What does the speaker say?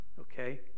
Okay